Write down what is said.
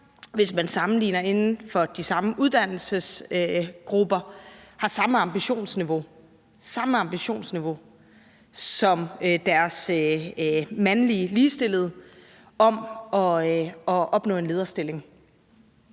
hvis man sammenligner inden for de samme uddannelsesgrupper, har samme ambitionsniveau som deres mandlige ligestillede i forhold til at opnå en lederstilling.